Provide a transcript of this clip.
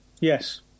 yes